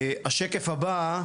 השקף הבא,